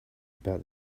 about